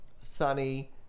sunny